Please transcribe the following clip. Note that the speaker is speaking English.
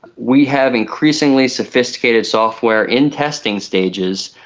we have increasingly sophisticated software in testing stages,